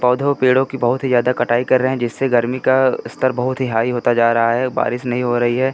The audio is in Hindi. पौधों पेड़ों की बहुत ही ज़्यादा कटाई कर रहे हैं जिससे गर्मी का स्तर बहुत ही हाई होता जा रहा है औ बारिश नहीं हो रही है